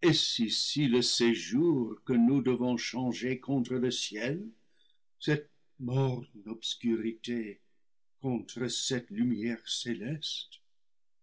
est-ce ici le séjour que nous devons changer contre le ciel celte morne obscurité contre cette lumière céleste